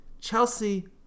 Chelsea